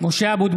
(קורא בשמות חברי הכנסת) משה אבוטבול,